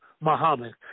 Muhammad